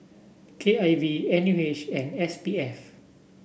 K I V N U H and S P F